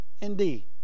indeed